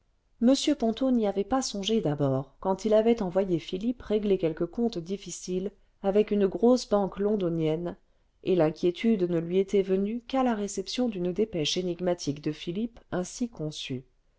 m ponto n'y avait pas songé d'abord quand il avait envoyé philippe régler quelques comptes difficiles avec une grosse banque londonnienne et l'inquiétude ne lui était venue qu'à la réception d'une dépêche énigmatique de philippe ainsi conçue